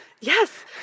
Yes